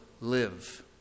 live